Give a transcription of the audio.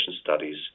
studies